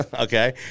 okay